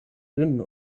dünn